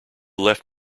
left